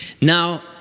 Now